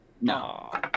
No